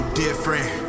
different